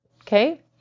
Okay